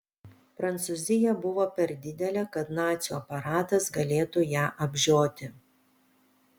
prancūzija buvo per didelė kad nacių aparatas galėtų ją apžioti